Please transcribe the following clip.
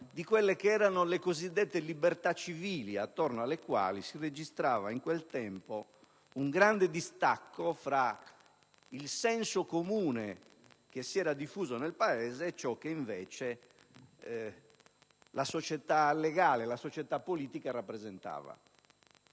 parola, delle cosiddette libertà civili attorno alle quali si registrava in quel tempo un grande distacco fra il senso comune diffuso nel Paese e ciò che invece la società legale e politica rappresentava.